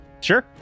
Sure